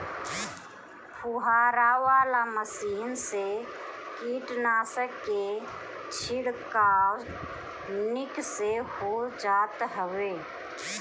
फुहारा वाला मशीन से कीटनाशक के छिड़काव निक से हो जात हवे